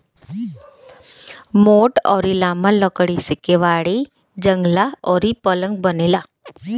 मोट अउरी लंबा लकड़ी से केवाड़ी, जंगला अउरी पलंग बनेला